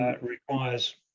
requires